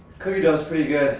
cookie dough's pretty good